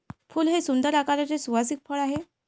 फूल हे सुंदर आकाराचे सुवासिक फळ आहे